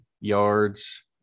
yards